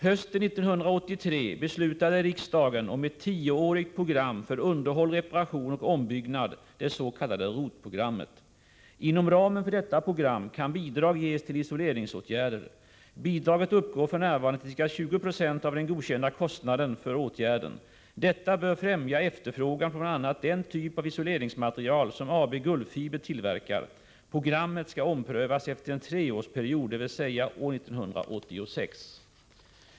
Hösten 1983 beslutade riksdagen om ett tioårigt program för underhåll, reparation och ombyggnad, det s.k. ROT-programmet. Inom ramen för detta program kan bidrag ges till isoleringsåtgärder. Bidraget uppgår f. n. till ca 20970 av den godkända kostnaden för åtgärden. Detta bör främja efterfrågan på bl.a. den typ av isoleringsmaterial som AB Gullfiber tillverkar. Programmet skall omprövas efter en treårsperiod, dvs. år 1986.